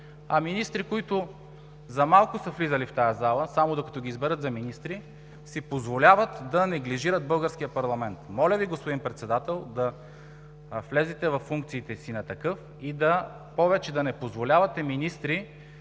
а министри, които за малко са влизали в тази зала – само докато ги изберат за министри, си позволяват да неглижират българския парламент. Моля Ви, господин Председател, да влезете във функциите си на такъв и повече да не позволявате министри